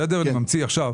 סתם ממציא,